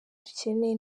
dukeneye